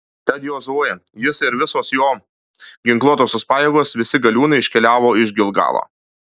tad jozuė jis ir visos jo ginkluotosios pajėgos visi galiūnai iškeliavo iš gilgalo